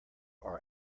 are